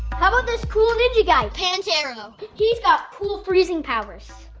how um this cool ninja guy? pantaro! he's got cool freezing powers!